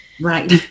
right